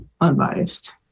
unbiased